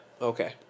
Okay